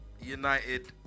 United